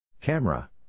Camera